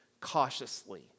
cautiously